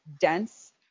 dense